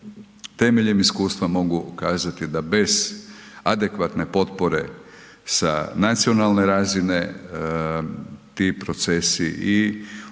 temeljem iskustva mogu kazati da bez adekvatne potpore sa nacionalne razine ti procesi i uključivanja